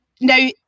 Now